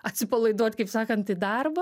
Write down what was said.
atsipalaiduot kaip sakant į darbą